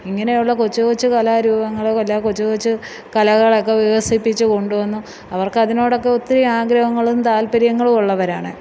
ഇങ്ങനെയുള്ള കൊച്ചു കൊച്ചു കലാരൂപങ്ങള് എല്ലാം കൊച്ചു കൊച്ച് കലകളൊക്കെ വികസിപ്പിച്ചു കൊണ്ടു വന്നു അവർക്ക് അതിനോടൊക്കെ ഒത്തിരി ആഗ്രഹങ്ങളും താല്പര്യങ്ങളും ഉള്ളവരാണ്